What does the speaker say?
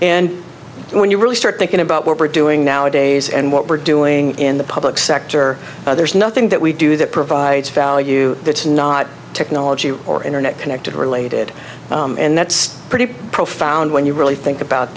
and when you really start thinking about what we're doing nowadays and what we're doing in the public sector there's nothing that we do that provides value that's not technology or internet connected related and that's pretty profound when you really think about